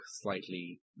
slightly